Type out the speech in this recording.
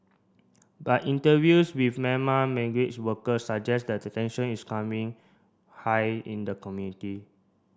but interviews with Myanmar workers suggest that tension is timing high in the community